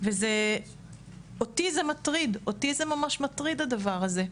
וזה אותי זה מטריד, אותי זה ממש מטריד הדבר הזה,